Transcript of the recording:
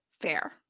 Fair